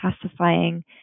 classifying